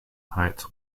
heights